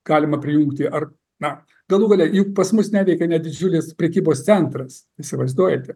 galima prijungti ar na galų gale juk pas mus neveikia net didžiulis prekybos centras įsivaizduojate